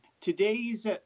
Today's